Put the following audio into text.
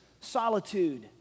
solitude